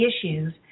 issues